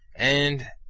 and,